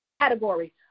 category